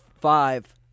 five